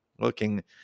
looking